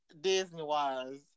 Disney-wise